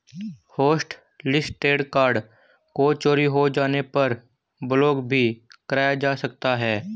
hotlisted card को चोरी हो जाने पर ब्लॉक भी कराया जा सकता है